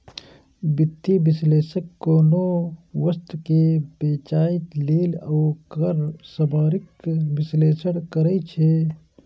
वित्तीय विश्लेषक कोनो वस्तु कें बेचय लेल ओकर सामरिक विश्लेषण करै छै